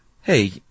hey